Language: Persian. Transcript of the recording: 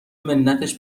منتش